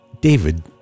David